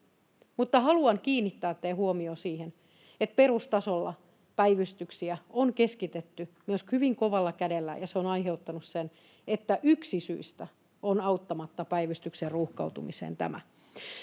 haluan kiinnittää teidän huomionne siihen, että perustasolla päivystyksiä on keskitetty myös hyvin kovalla kädellä, ja se on aiheuttanut sen, että yksi syistä päivystyksen ruuhkautumiseen on